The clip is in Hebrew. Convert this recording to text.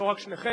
לזוגות צעירים.